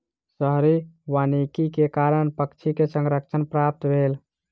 शहरी वानिकी के कारण पक्षी के संरक्षण प्राप्त भेल